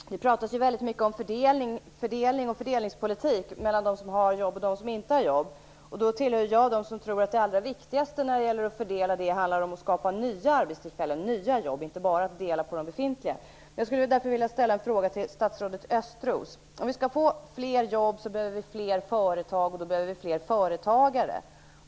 Herr talman! Det pratas väldigt mycket om fördelningspolitik och om fördelningen mellan dem som har jobb och dem som inte har jobb. Jag tillhör dem som tror att det allra viktigaste i det sammanhanget är att skapa nya arbetstillfällen, nya jobb i stället för att bara dela på de befintliga. Jag skulle därför vilja ställa en fråga till statsrådet Östros. Om vi skall få fler jobb behöver vi fler företag och då behöver vi fler företagare.